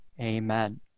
Amen